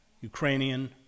Ukrainian